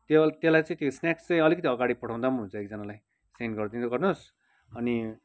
त्यसलाई त्यो स्न्याक्स चाहिँ अलिकति अगाडि पठाउँदा पनि हुन्छ एकजनालाई सेन्ड गरिदिँदै गर्नुहोस् अनि